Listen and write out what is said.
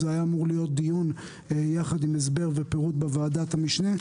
זה היה אמור להיות דיון יחד עם הסבר ופירוט בוועדת המשנה.